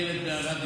ילד בערד,